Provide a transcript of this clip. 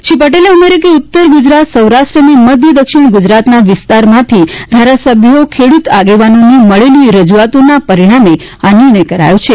શ્રી પટેલે ઉમેર્યુ કે ઉત્તર ગુજરાત સૌરાષ્ટ્ર અને મધ્ય દક્ષિણ ગુજરાતના વિસ્તારમાંથી ધારાસભ્યો ખેડૂત આગેવાનોની મળેલ રજુઆતોને પરિણામે આ નિર્ણય કરાયો છે